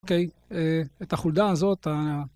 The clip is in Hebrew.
אוקיי, את החולדה הזאת...